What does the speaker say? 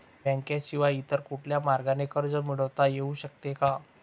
बँकेशिवाय इतर कुठल्या मार्गाने कर्ज मिळविता येऊ शकते का?